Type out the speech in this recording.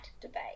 debate